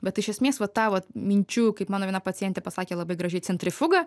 bet iš esmės va ta vat minčių kaip mano viena pacientė pasakė labai gražiai centrifuga